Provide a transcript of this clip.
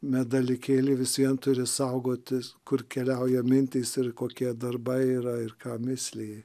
medalikėlį vis vien turi saugoti kur keliauja mintys ir kokie darbai yra ir ką misliji